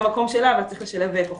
כ"ה בכסלו התשפ"ב,